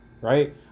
right